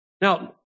Now